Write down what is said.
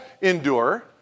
endure